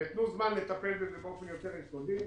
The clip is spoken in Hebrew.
ותנו זמן לטפל בזה באופן יותר יסודי.